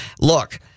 Look